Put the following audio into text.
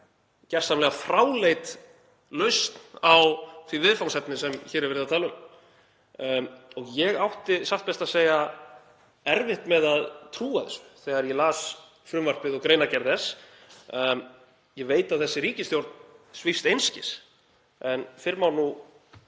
gersamlega fráleit lausn á því viðfangsefni sem hér er verið að tala um. Ég átti satt best að segja erfitt með að trúa þessu þegar ég las frumvarpið og greinargerð þess. Ég veit að þessi ríkisstjórn svífst einskis en fyrr má nú